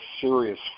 serious